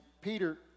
Peter